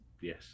Yes